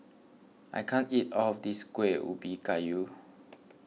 I can't eat all of this Kueh Ubi Kayu